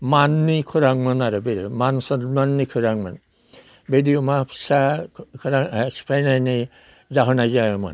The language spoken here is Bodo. माननि खौरांमोन आरो बे मान सनमाननि खौरांमोन बेदि अमा फिसाखौ सिफायनानै जाहोनाय जायामोन